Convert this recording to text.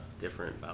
different